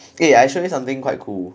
eh I show you something quite cool